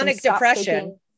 depression